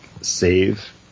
save